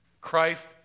Christ